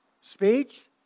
Speech